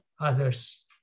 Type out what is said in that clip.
others